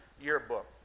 yearbook